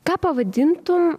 ką pavadintum